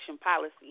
policy